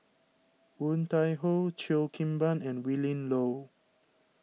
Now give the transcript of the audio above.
Woon Tai Ho Cheo Kim Ban and Willin Low